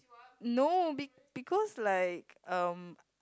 no be because like um